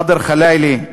ח'דר ח'לאילה,